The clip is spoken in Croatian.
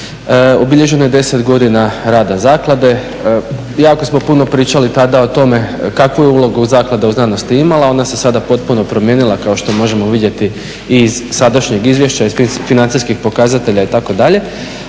obilježeno je 10 godina rada zaklade, jako smo puno pričali tada o tomu kakvu je ulogu zaklada u znanosti imala ona se sada potpuno promijenila kao što možemo vidjeti iz sadašnjeg izvješća iz financijskih pokazatelja itd., ali